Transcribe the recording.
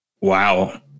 Wow